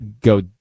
go